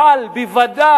אבל זה בוודאי